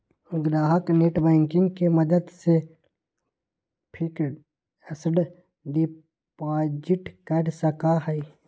ग्राहक नेटबैंकिंग के मदद से फिक्स्ड डिपाजिट कर सका हई